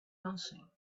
nothing